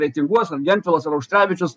reitinguos ar gentvilas ar auštrevičius